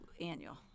annual